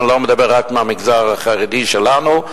אני לא מדבר רק על המגזר החרדי שלנו,